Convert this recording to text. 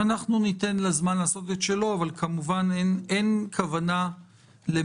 ניתן לזמן לעשות את שלו אבל כמובן אין כוונה למי